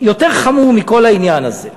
יותר חמור מכל העניין הזה: